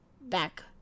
back